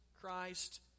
Christ